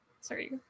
sorry